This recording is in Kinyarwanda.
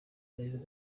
rev